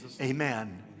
amen